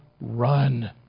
run